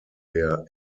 der